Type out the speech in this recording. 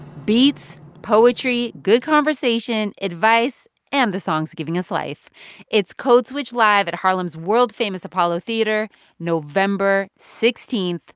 beats, poetry, good conversation, advice and the songs giving us life it's code switch live at harlem's world famous apollo theater november sixteen.